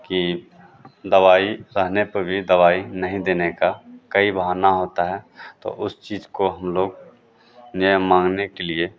कि दवाई रहने पर भी दवाई नहीं देने का कई बहाना होता है तो उस चीज़ को हम लोग न्याय माँगने के लिए